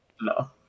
No